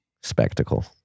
Spectacle